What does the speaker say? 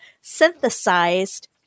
synthesized